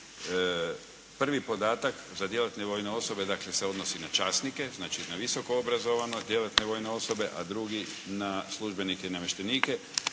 Prvi podatak za djelatne vojne osobe dakle, se odnosi na časnike, znači na visoko obrazovane djelatne vojne osobe, a drugi na službenike i namještenike.